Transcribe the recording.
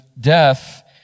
Death